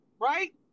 right